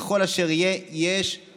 יהיה אשר יהיה,